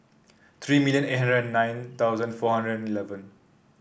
three million eight hundred nine thousand four hundred eleven